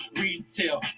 retail